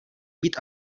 být